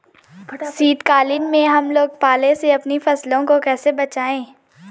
शीतकालीन में हम लोग पाले से अपनी फसलों को कैसे बचाएं?